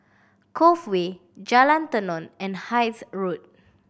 Cove Way Jalan Tenon and Hythe Road